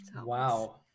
wow